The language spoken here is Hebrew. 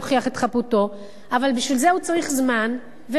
את חפותו אבל בשביל זה הוא צריך זמן ומשאבים,